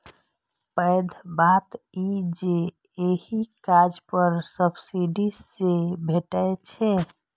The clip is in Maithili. पैघ बात ई जे एहि कर्ज पर सब्सिडी सेहो भैटै छै